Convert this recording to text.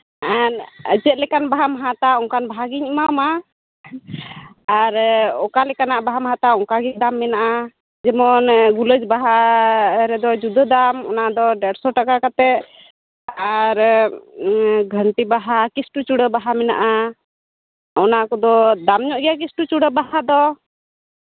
ᱪᱮᱫ ᱞᱮᱠᱟᱱ ᱵᱟᱦᱟᱢ ᱦᱟᱛᱟᱣᱟ ᱚᱱᱠᱟᱱ ᱵᱟᱦᱟ ᱜᱤᱧ ᱮᱢᱟᱢᱟ ᱟᱨ ᱚᱠᱟ ᱞᱮᱠᱟᱱᱟᱜ ᱵᱟᱦᱟᱢ ᱦᱟᱛᱟᱣᱟ ᱚᱱᱠᱟᱜᱮ ᱫᱟᱢ ᱢᱮᱱᱟᱜᱼᱟ ᱡᱮᱢᱚᱱ ᱜᱩᱞᱟᱹᱡᱽ ᱵᱟᱦᱟ ᱨᱮᱫᱚ ᱡᱩᱫᱟᱹ ᱫᱟᱢ ᱚᱱᱟ ᱫᱚ ᱰᱮᱲᱥᱚ ᱴᱟᱠᱟ ᱠᱟᱛᱮᱜ ᱟᱨ ᱜᱷᱟᱹᱱᱴᱤ ᱵᱟᱦᱟ ᱠᱷᱤᱥᱴᱚᱪᱩᱲᱟ ᱵᱟᱦᱟ ᱢᱮᱱᱟᱜᱼᱟ ᱚᱱᱟ ᱠᱚᱫᱚ ᱫᱟᱢ ᱧᱚᱜ ᱜᱮᱭᱟ ᱠᱷᱤᱥᱴᱟᱪᱩᱲᱟ ᱵᱟᱦᱟ ᱫᱚ